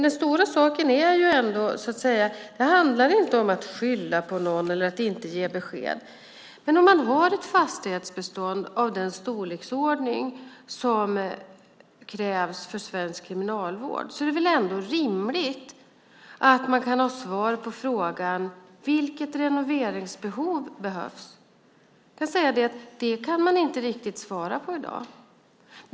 Det handlar inte om att skylla på någon eller om att inte ge besked. Om man har ett fastighetsbestånd av den storleksordning som krävs för svensk kriminalvård är det väl rimligt att man kan ha svar på frågan om vilket renoveringsbehov som finns. Jag kan säga att man inte riktigt kan svara på det i dag.